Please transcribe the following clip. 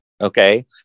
Okay